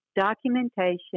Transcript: documentation